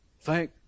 Thank